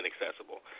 inaccessible